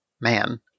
man